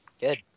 Good